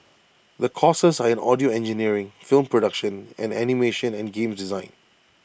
the courses are in audio engineering film production and animation and games design